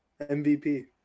MVP